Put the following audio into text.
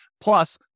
Plus